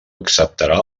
acceptarà